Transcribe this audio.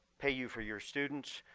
pay you for your students,